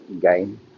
game